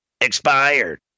expired